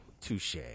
Touche